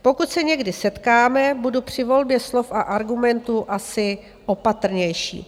Pokud se někdy setkáme, budu při volbě slov a argumentů asi opatrnější.